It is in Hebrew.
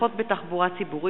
המועד הקובע להגנת אמת הפרסום),